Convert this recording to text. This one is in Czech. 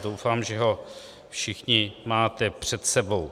Doufám, že ho všichni máte před sebou.